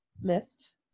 missed